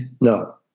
No